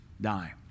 die